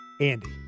Andy